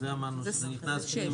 זה אמרנו שנכנס פנימה.